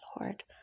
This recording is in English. Lord